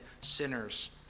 sinners